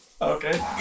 Okay